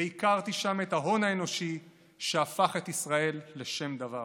והכרתי שם את ההון האנושי שהפך את ישראל לשם דבר.